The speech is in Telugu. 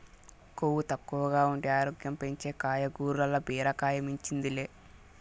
కొవ్వు తక్కువగా ఉండి ఆరోగ్యం పెంచే కాయగూరల్ల బీరకాయ మించింది లే